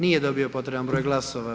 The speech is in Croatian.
Nije dobio potreban broj glasova.